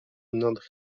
not